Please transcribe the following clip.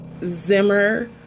Zimmer